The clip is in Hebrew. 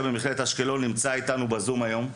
במכללת אשקלון נמצא איתנו היום בזום,